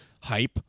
hype